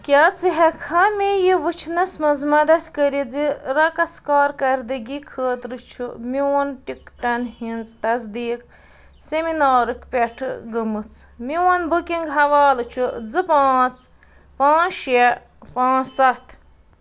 کیٛاہ ژٕ ہٮ۪کہٕ کھا مےٚ یہِ وٕچھنَس منٛز مدتھ کٔرِتھ زِ رَقص کارکردگی خٲطرٕ چھُ میون ٹِکٹَن ہِنٛز تصدیٖق سیٚمِنارُک پٮ۪ٹھٕ گٔمٕژ میون بُکِنٛگ حوالہٕ چھُ زٕ پانٛژھ پانٛژھ شےٚ پانٛژھ سَتھ